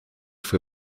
for